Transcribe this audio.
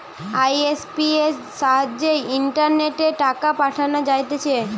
IMPS সাহায্যে ইন্টারনেটে টাকা পাঠানো যাইতেছে